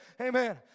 amen